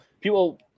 people